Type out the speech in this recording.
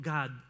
God